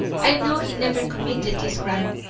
i know he never committed this crime,